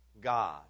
God